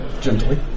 gently